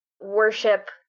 worship